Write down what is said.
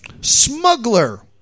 Smuggler